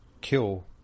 kill